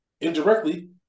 indirectly